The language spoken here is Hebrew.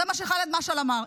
זה מה שחאלד משעל אמר.